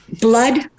blood